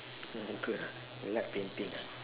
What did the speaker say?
not awkward ah you like painting ah